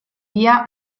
via